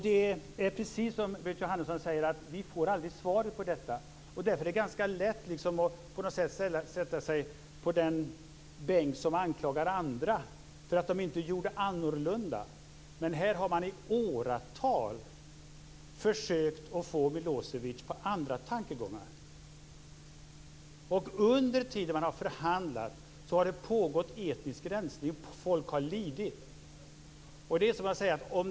Det är precis som Berit Jóhannesson säger att vi aldrig får svar på detta. Därför är det ganska lätt att anklaga andra för att de inte gjorde annorlunda. Här har man i åratal försökt att få Milosevic på andra tankar. Under tiden man har förhandlat har det pågått etnisk rensning. Folk har lidit.